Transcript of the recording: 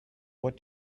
what